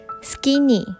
Skinny